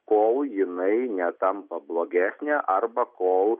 kol jinai netampa blogesnė arba kol